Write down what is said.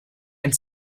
and